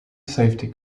safety